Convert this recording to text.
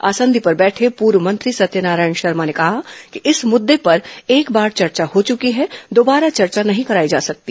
आसंदी पर बैठे पूर्व मंत्री सत्यनारायण शर्मा ने कहा कि इस मुद्दे पर एक बार चर्चा हो चुकी है दोबारा चर्चा नहीं कराई जा सकती